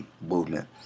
movement